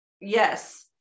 yes